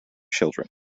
children